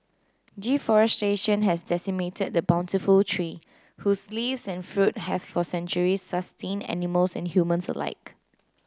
deforestation has decimated the bountiful tree whose leaves and fruit have for centuries sustained animals and humans alike